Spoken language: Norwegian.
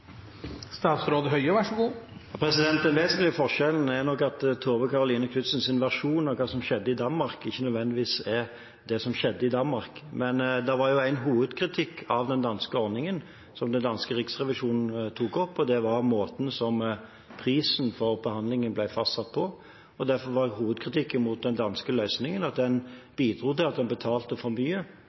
Den vesentlige forskjellen er nok at Tove Karoline Knutsens versjon av hva som skjedde i Danmark, ikke nødvendigvis er det som skjedde i Danmark. En hovedkritikk av den danske ordningen som den danske riksrevisjonen tok opp, var måten prisen for behandlingen ble fastsatt på. Hovedkritikken mot den danske løsningen var at den bidro til at en betalte for mye